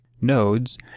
nodes